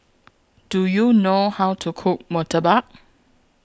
Do YOU know How to Cook Murtabak